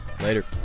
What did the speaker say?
Later